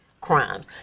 crimes